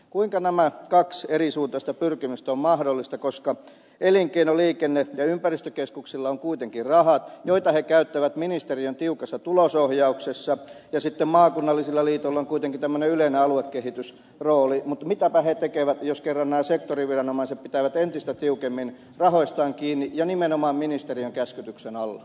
kuinka nämä kaksi erisuuntaista pyrkimystä ovat mahdollisia koska elinkeino liikenne ja ympäristökeskuksilla on kuitenkin rahat joita he käyttävät ministeriön tiukassa tulosohjauksessa ja sitten maakunnallisilla liitoilla on kuitenkin tämmöinen yleinen aluekehitysrooli mutta mitäpä he tekevät jos kerran nämä sektoriviranomaiset pitävät entistä tiukemmin rahoistaan kiinni ja nimenomaan ministeriön käskytyksen alla